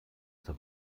zur